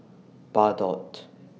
Bardot